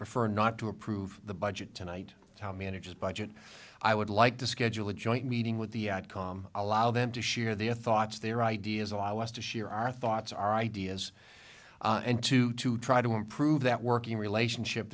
prefer not to approve the budget tonight how manages budget i would like to schedule a joint meeting with the calm allow them to share their thoughts their ideas allow us to share our thoughts our ideas and to to try to improve that working relationship